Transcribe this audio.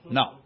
no